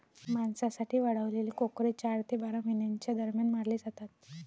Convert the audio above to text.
मांसासाठी वाढवलेले कोकरे चार ते बारा महिन्यांच्या दरम्यान मारले जातात